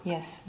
Yes